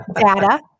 data